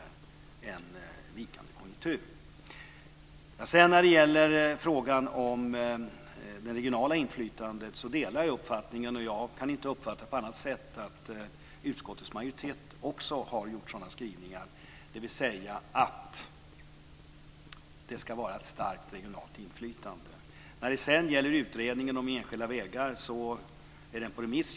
När det gäller frågan om det regionala inflytandet delar jag uppfattningen - jag har uppfattat det som att utskottets majoritet också har gjort sådana skrivningar - att det ska finnas ett starkt regionalt inflytande. Utredningen om enskilda vägar är på remiss.